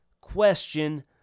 question